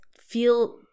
feel